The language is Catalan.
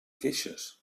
queixes